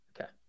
Okay